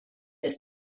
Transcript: ist